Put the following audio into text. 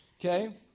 Okay